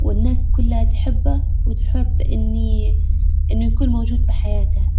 والناس كلها تحبه وتحب اني انه يكون موجود بحياتها.